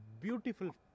beautiful